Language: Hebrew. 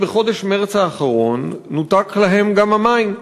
בחודש מרס האחרון נותקו להם גם המים.